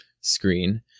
screen